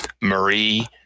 Marie